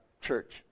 church